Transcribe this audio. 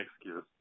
excuse